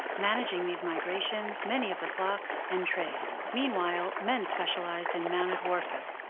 managing these migrations, many of the flocks and trade. meanwhile, men specialized in mounted warfare.